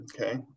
okay